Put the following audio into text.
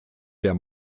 der